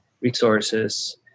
resources